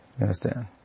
understand